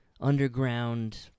underground